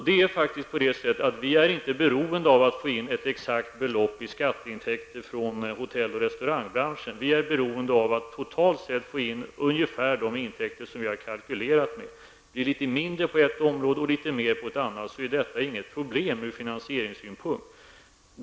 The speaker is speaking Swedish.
Vi är faktiskt inte beroende av att få in ett exakt belopp i skatteintäkter från hotell och restaurangbranschen -- vi är beroende av att totalt sett få in ungefär de intäkter som vi har kalkylerat med. Blir det litet mindre på ett område och litet mer på ett annat är detta inget problem från finansieringssynpunkt.